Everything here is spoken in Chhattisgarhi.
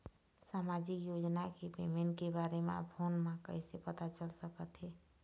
सामाजिक योजना के पेमेंट के बारे म फ़ोन म कइसे पता चल सकत हे?